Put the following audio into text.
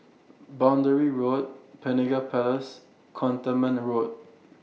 Boundary Road Penaga Place Cantonment Road